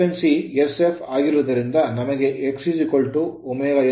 frequency ಆವರ್ತನವು sf ಆಗಿರುವುದರಿಂದ ನಮಗೆ X L ω ತಿಳಿದಿದೆ